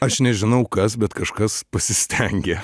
aš nežinau kas bet kažkas pasistengė